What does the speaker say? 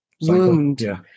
wound